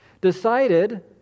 decided